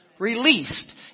released